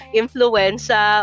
influenza